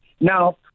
Now